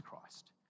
Christ